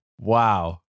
Wow